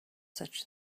such